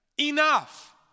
enough